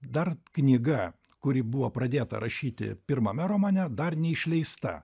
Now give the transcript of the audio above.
dar knyga kuri buvo pradėta rašyti pirmame romane dar neišleista